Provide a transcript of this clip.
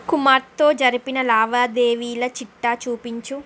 కుమార్ తో జరిపిన లావాదేవీల చిట్టా చూపించు